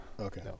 okay